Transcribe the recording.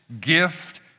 gift